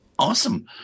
Awesome